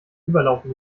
überlaufen